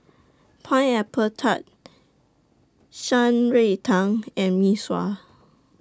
Pineapple Tart Shan Rui Tang and Mee Sua